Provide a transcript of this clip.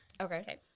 okay